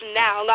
now